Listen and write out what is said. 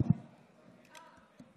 אותו חוק דומה, באותו הניסוח